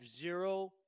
zero